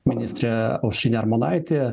ministrė aušrinė armonaitė